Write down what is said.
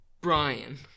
Brian